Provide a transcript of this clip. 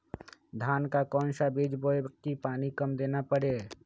धान का कौन सा बीज बोय की पानी कम देना परे?